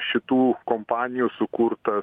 šitų kompanijų sukurtas